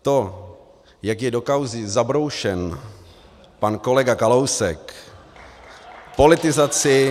To, jak je do kauzy zabroušen pan kolega Kalousek , politizaci...